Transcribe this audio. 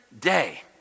day